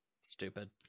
Stupid